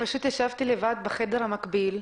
ישבתי לבד בחדר המקביל,